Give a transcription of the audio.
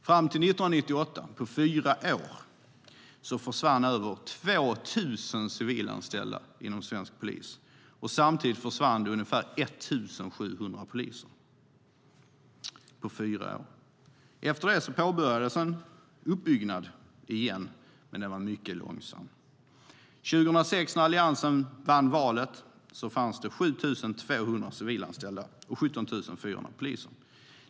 Fram till 1998, på fyra år, försvann det över 2 000 civilanställda inom svensk polis. Samtidigt försvann det ungefär 1 700 poliser. Efter det påbörjades en uppbyggnad igen, men den var mycket långsam. År 2006, när Alliansen vann valet, fanns det 7 200 civilanställda och 17 400 poliser.